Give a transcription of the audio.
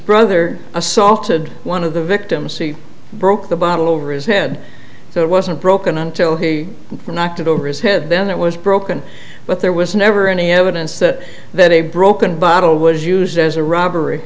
brother assaulted one of the victims see broke the bottle over his head so it wasn't broken until he knocked it over his head then it was broken but there was never any evidence that that a broken bottle was used as a robbery